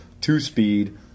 two-speed